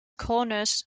corners